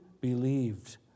believed